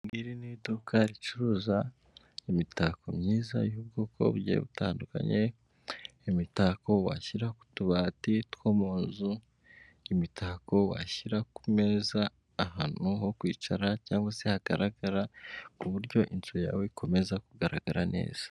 Iri ni iduka ricuruza imitako myiza y'ubwoko bugiye butandukanye imitako washyira ku tubati two muzu, imitako washyira ku meza ahantu ho kwicara cyangwa se hagaragara ku buryo inzu yawe ikomeza kugaragara neza.